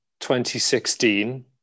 2016